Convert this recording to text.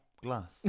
glass